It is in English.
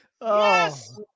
yes